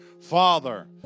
Father